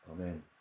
Amen